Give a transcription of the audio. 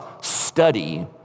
study